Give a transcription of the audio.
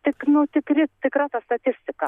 tik nu tikri tikra ta statistika